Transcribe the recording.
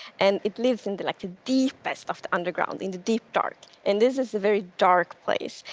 and it lives in the like the deepest of the underground, in the deep dark. and this is a very dark place.